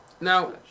Now